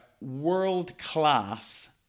world-class